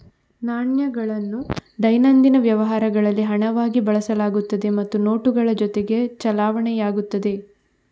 ನಾಣ್ಯಗಳನ್ನು ದೈನಂದಿನ ವ್ಯವಹಾರಗಳಲ್ಲಿ ಹಣವಾಗಿ ಬಳಸಲಾಗುತ್ತದೆ ಮತ್ತು ನೋಟುಗಳ ಜೊತೆಗೆ ಚಲಾವಣೆಯಾಗುತ್ತದೆ